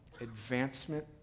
advancement